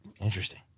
Interesting